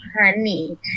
honey